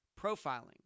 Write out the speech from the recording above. Profiling